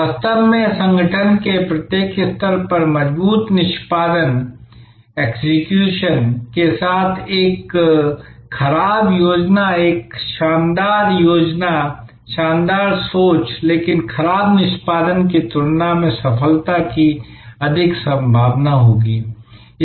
वास्तव में संगठन के प्रत्येक स्तर पर मजबूत निष्पादन के साथ एक खराब योजना एक शानदार योजना शानदार सोच लेकिन खराब निष्पादन की तुलना में सफलता की अधिक संभावना होगी